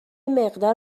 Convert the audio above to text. مقدار